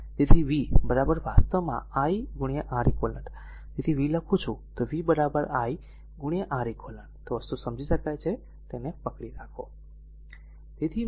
તેથી v વાસ્તવમાં i R eq તેથી જો v લખું v i R eq તો વસ્તુઓ સમજી શકાય છે તેથી ફક્ત પકડી રાખો